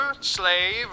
slave